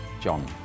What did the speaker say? John